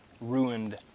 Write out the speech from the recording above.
ruined